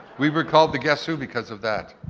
we were called the guess who because of that.